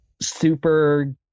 super